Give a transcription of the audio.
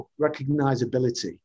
recognizability